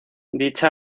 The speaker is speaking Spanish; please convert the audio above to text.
dicha